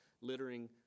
littering